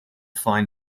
find